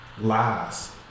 Lies